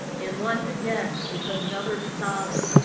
and once again, it's another solid.